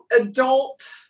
adult